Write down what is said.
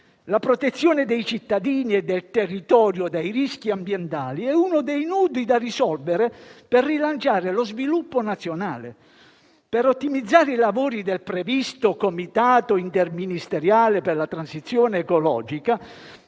La protezione dei cittadini e del territorio dai rischi ambientali è uno dei nodi da risolvere per rilanciare lo sviluppo nazionale. Per ottimizzare i lavori del previsto Comitato interministeriale per la transizione ecologica